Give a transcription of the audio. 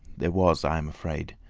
there was, i am afraid,